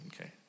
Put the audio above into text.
Okay